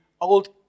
old